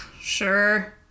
sure